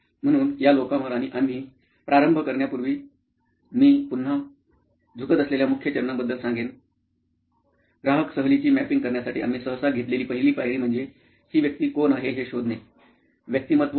म्हणून या लोकांवर आणि आम्ही प्रारंभ करण्यापूर्वी मी पुन्हा झुकत असलेल्या मुख्य चरणांबद्दल सांगेन ग्राहक सहलीची मॅपिंग करण्यासाठी आम्ही सहसा घेतलेली पहिली पायरी म्हणजे ही व्यक्ती कोण आहे हे शोधणेः व्यक्तिमत्व